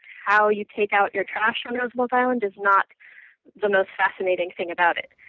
how you take out your trash on roosevelt island is not the most fascinating thing about it.